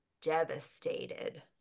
devastated